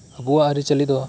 ᱟᱵᱩᱣᱟᱜ ᱟᱹᱨᱤᱪᱟᱹᱞᱤ ᱫᱚ